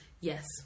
Yes